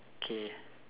K